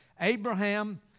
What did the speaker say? Abraham